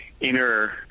inner